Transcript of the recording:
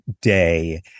day